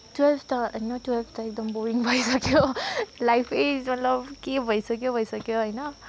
twelve त होइन twelve त एकदम बोरिङ भइसक्यो लाइफै मतलब के भइसक्यो भइसक्यो होइन